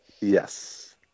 Yes